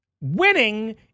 Winning